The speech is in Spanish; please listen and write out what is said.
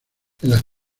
las